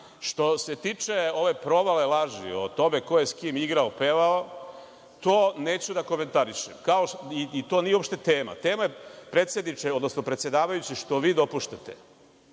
zna. Što se tiče ove provale laži o tome ko je s kim igrao, pevao, to neću da komentarišem, i to nije uopšte tema. Tema je, predsedniče, odnosno,